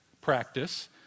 practice